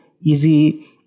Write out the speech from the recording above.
easy